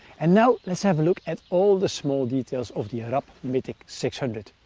and now, let's have a look at all the small details of the rab mythic six hundred.